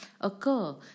occur